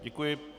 Děkuji.